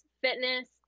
fitness